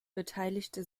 beteiligte